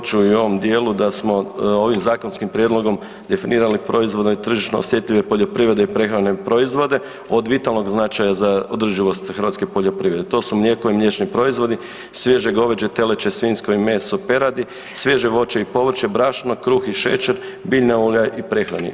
Pa evo ponovit ću i u ovom dijelu da smo ovim zakonskim prijedlogom definirali proizvodno i tržišno osjetljivo poljoprivredne i prehrambene proizvode od vitalnog značaja za održivost hrvatske poljoprivrede, to su mlijeko i mliječni proizvodi, svježe goveđe, teleće, svinjsko i meso peradi, svježe voće i povrće, brašno, kruh i šećer, biljna ulja i prehrani.